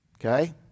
okay